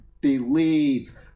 believe